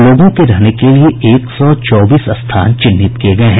लोगों के रहने के लिये एक सौ चौबीस स्थान चिन्हित किये गये हैं